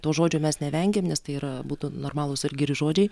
to žodžio mes nevengiam nes tai yra abudu normalūs ir geri žodžiai